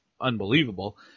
unbelievable